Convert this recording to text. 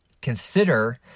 Consider